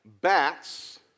bats